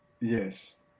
Yes